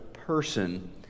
person